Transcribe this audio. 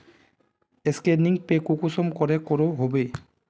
Scanning पे कुंसम करे करो होबे?